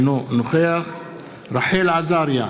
אינו נוכח רחל עזריה,